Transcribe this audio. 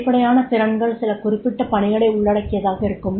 வெளிப்படையான திறன்கள் சில குறிப்பிட்ட பணிகளை உள்ளடக்கியதாக இருக்கும்